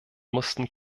mussten